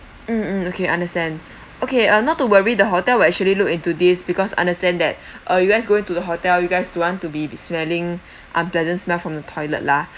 mm mm okay understand okay uh not to worry the hotel will actually look into this because understand that uh you guys going to the hotel you guys don't want to be smelling unpleasant smell from the toilet lah